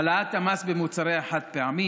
העלאת המס על מוצרי החד-פעמי,